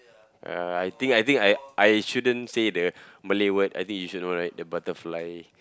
uh I think I think I I shouldn't say the Malay word I think you should know right the butterfly